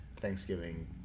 Thanksgiving